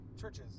churches